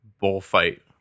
bullfight